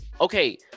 okay